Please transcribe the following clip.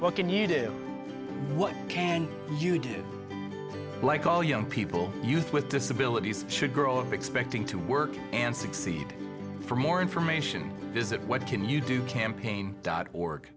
what can you do what can you do like all young people with disabilities should grow into expecting to work and succeed for more information visit what can you do campaign dot org